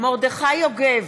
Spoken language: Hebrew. מרדכי יוגב,